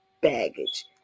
baggage